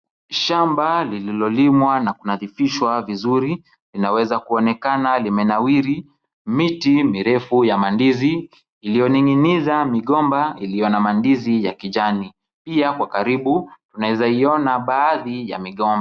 Shamba liliolimwa na kunadhifishwa vizuri inaweza kuonekana limenawiri, miti mirefu ya mandizi ilioning'iniza migomba iliyo na mandizi ya kijani. Pia kwa karibu tunaezaiona baadhi ya migomba.